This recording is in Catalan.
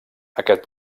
aquest